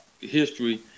history